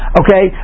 okay